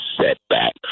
setback